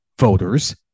voters